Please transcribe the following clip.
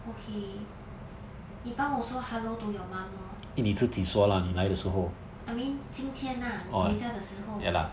okay 你帮我说 hello to your mum lor I mean 今天啊你回家的时候